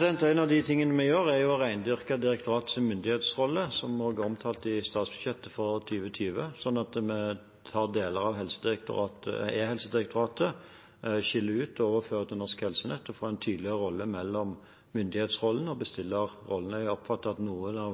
En av de tingene vi gjør, er å rendyrke direktoratets myndighetsrolle, som også er omtalt i statsbudsjettet for 2020. Vi skiller ut deler av e-helsedirektoratet, overfører det til Norsk Helsenett og får et tydeligere skille mellom myndighetsrollen og bestillerrollen. Jeg oppfatter at noe av